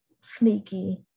sneaky